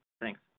Thanks